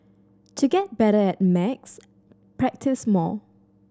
to get better at maths practise more